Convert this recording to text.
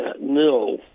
No